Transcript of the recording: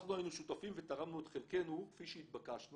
אנחנו היינו שותפים ותרמנו את חלקנו כפי שהתבקשנו.